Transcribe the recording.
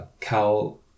cal